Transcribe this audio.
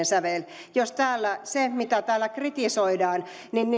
sävelen jos sitä täällä siten kritisoidaan